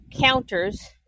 counters